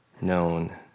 known